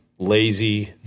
Lazy